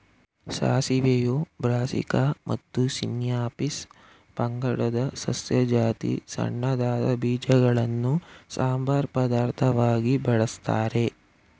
ಸಾಸಿವೆಯು Brassica ಮತ್ತು Sinapis ಪಂಗಡದ ಸಸ್ಯ ಜಾತಿ ಸಣ್ಣದಾದ ಬೀಜಗಳನ್ನು ಸಂಬಾರ ಪದಾರ್ಥವಾಗಿ ಬಳಸ್ತಾರೆ